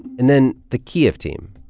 and then the kyiv team,